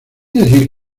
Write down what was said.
decir